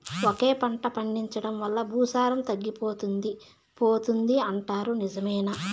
ఒకే పంట పండించడం వల్ల భూసారం తగ్గిపోతుంది పోతుంది అంటారు నిజమేనా